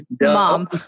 mom